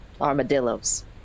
Armadillos